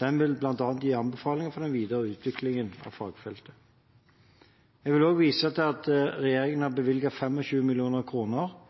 Den vil bl.a. gi anbefalinger for den videre utviklingen av fagfeltet. Jeg vil også vise til at regjeringen har